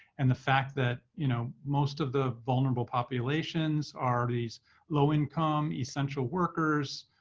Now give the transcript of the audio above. and the fact that you know most of the vulnerable populations are these low-income essential workers.